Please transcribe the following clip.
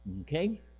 Okay